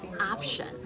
option